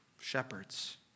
shepherds